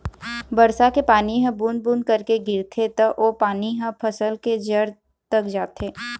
बरसा के पानी ह बूंद बूंद करके गिरथे त ओ पानी ह फसल के जर तक जाथे